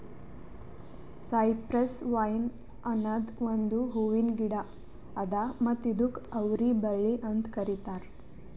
cypress vine ಅನದ್ ಒಂದು ಹೂವಿನ ಗಿಡ ಅದಾ ಮತ್ತ ಇದುಕ್ ಅವರಿ ಬಳ್ಳಿ ಅಂತ್ ಕರಿತಾರ್